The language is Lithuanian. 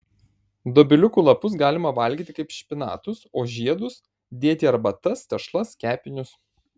dobiliukų lapus galima valgyti kaip špinatus o žiedus dėti į arbatas tešlas kepinius